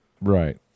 Right